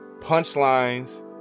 punchlines